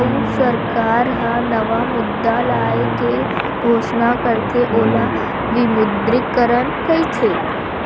अउ सरकार ह नवा मुद्रा लाए के घोसना करथे ओला विमुद्रीकरन कहिथे